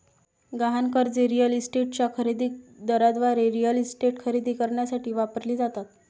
गहाण कर्जे रिअल इस्टेटच्या खरेदी दाराद्वारे रिअल इस्टेट खरेदी करण्यासाठी वापरली जातात